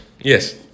Yes